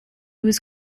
was